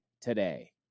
today